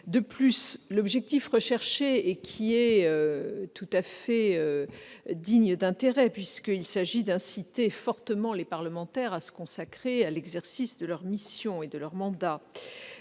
En outre, l'objectif visé, tout à fait digne d'intérêt puisqu'il s'agit d'inciter fortement les parlementaires à se consacrer à l'exercice de leur mission et à leur mandat,